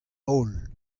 holl